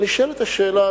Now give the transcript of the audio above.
אבל נשאלת השאלה,